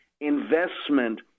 investment